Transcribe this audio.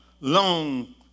long